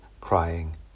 crying